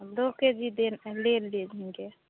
अब दो K G दें ले लेंगे